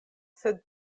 sed